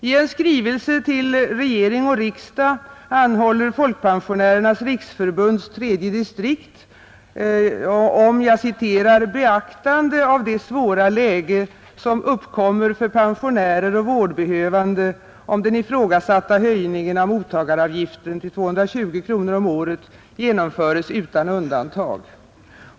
I en skrivelse till regering och riksdag anhåller Folkpensionärernas riksförbunds tredje distrikt om ”beaktande av det svåra läge som uppkommer för pensionärer och vårdbehövande, om den ifrågasatta höjningen av mottagaravgiften till 220 kronor om året genomföres utan undantag.